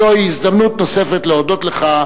זוהי הזדמנות נוספת להודות לך,